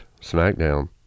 Smackdown